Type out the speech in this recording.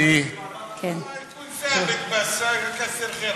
(אומר דברים בשפה הערבית)